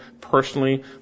personally